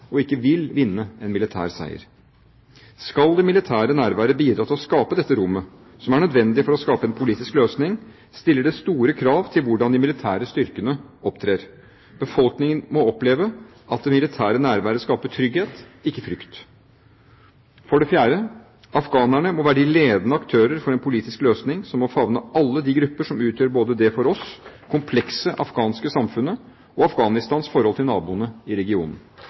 og ikke vil vinne en militær seier. Skal det militære nærværet bidra til å skape dette rommet, som er nødvendig for å skape en politisk løsning, stiller det store krav til hvordan de militære styrkene opptrer. Befolkningen må oppleve at det militære nærværet skaper trygghet, ikke frykt. For det fjerde: Afghanerne må være de ledende aktører for en politisk løsning som må favne alle de grupper som utgjør det – for oss – komplekse afghanske samfunnet, og Afghanistans forhold til naboene i regionen.